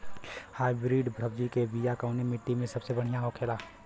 Hybrid सब्जी के बिया कवने मिट्टी में सबसे बढ़ियां होखे ला?